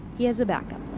he has a back-up